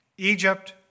Egypt